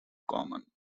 common